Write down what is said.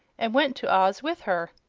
and went to oz with her.